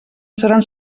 seran